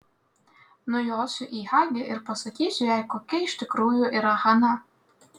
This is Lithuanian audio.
nujosiu į hagi ir pasakysiu jai kokia iš tikrųjų yra hana